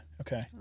okay